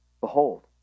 Behold